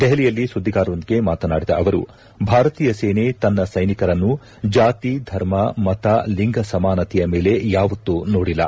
ದೆಪಲಿಯಲ್ಲಿ ಸುದ್ದಿಗಾರರೊಂದಿಗೆ ಮಾತನಾಡಿದ ಅವರು ಭಾರತೀಯ ಸೇನೆ ತನ್ನ ಸೈನಿಕರನ್ನು ಜಾತಿ ಧರ್ಮ ಮತ ಲಿಂಗ ಸಮಾನತೆಯ ಮೇಲೆ ಯಾವತ್ತೂ ನೋಡಿಲ್ಲ